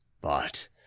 But